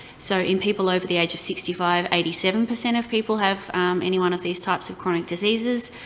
so in people over the age of sixty five, eighty seven percent of people have any one of these types of chronic diseases,